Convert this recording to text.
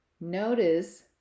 Notice